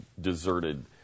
deserted